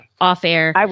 off-air